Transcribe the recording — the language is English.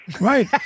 right